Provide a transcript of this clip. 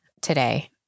today